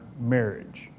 marriage